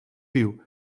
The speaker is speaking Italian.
più